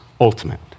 ultimate